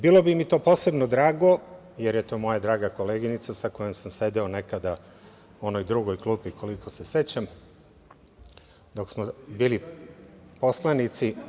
Bilo bi mi to posebno drago, jer je to moja draga koleginica sa kojom sam sedeo nekada u onoj drugoj klupi, koliko se sećam, dok smo bili poslanici.